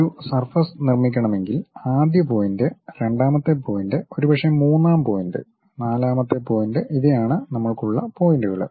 ഒരു സർഫസ് നിർമ്മിക്കണമെങ്കിൽ ആദ്യ പോയിൻ്റ് രണ്ടാമത്തെ പോയിന്റ് ഒരുപക്ഷേ മൂന്നാം പോയിന്റ് നാലാമത്തെ പോയിന്റ് ഇവയാണ് നമ്മൾക്ക് ഉള്ള പോയിന്റുകൾ